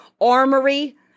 armory